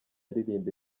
aririmba